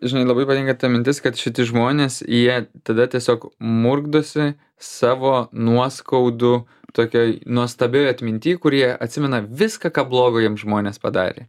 žinai labai patinka ta mintis kad šiti žmonės jie tada tiesiog murkdosi savo nuoskaudų tokioj nuostabioj atminty kur jie atsimena viską ką blogo jiems žmonės padarė